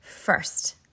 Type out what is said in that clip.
first